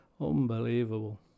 Unbelievable